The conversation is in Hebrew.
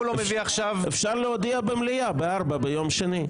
אפשר להודיעה במליאה בארבע ביום שני.